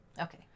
Okay